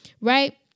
right